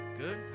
Good